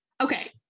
okay